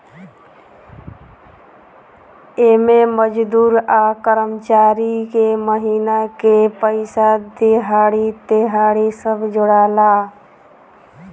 एमे मजदूर आ कर्मचारी के महिना के पइसा, देहाड़ी, तिहारी सब जोड़ाला